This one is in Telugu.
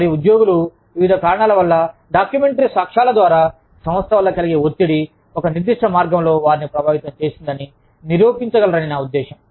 మరియు ఉద్యోగులు వివిధ కారణాల వల్ల డాక్యుమెంటరీ సాక్ష్యాల ద్వారా సంస్థ వల్ల కలిగే ఒత్తిడి ఒక నిర్దిష్ట మార్గంలో వారిని ప్రభావితం చేసిందని నిరూపించగలరని నా ఉద్దేశ్యం